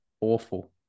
awful